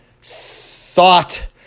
sought